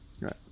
Right